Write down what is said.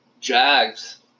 Jags